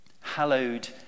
Hallowed